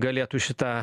galėtų šitą